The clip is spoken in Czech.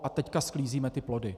A teď sklízíme ty plody.